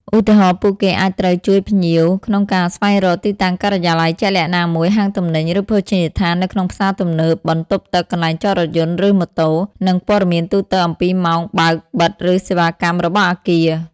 ឧទាហរណ៍ ពួកគេអាចត្រូវជួយភ្ញៀវក្នុងការស្វែងរក ទីតាំងការិយាល័យជាក់លាក់ណាមួយ ហាងទំនិញ ឬភោជនីយដ្ឋាននៅក្នុងផ្សារទំនើប បន្ទប់ទឹក កន្លែងចតរថយន្ត ឬម៉ូតូ និងព័ត៌មានទូទៅអំពីម៉ោងបើក-បិទ ឬសេវាកម្មរបស់អគារ។